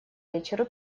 вечеру